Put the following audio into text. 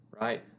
Right